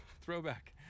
throwback